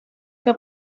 que